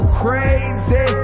crazy